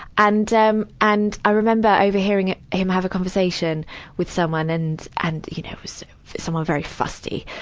and, um, and i remember overhearing him have a conversation with someone, and and. you know, it was someone very fussy.